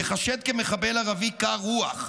ייחשד כמחבל ערבי קר רוח,